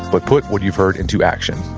but put what you've heard into action